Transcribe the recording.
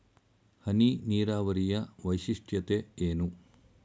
ಹನಿ ನೀರಾವರಿಯ ವೈಶಿಷ್ಟ್ಯತೆ ಏನು?